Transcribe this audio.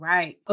Right